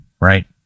right